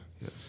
Yes